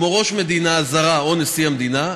כמו ראש מדינה זרה או נשיא המדינה,